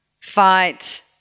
fight